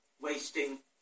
wasting